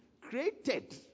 created